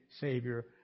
Savior